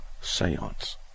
seance